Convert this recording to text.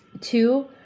Two